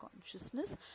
consciousness